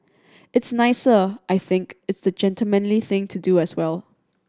it's nicer I think it's the gentlemanly thing to do as well